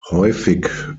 häufig